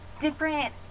different